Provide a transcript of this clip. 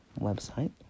website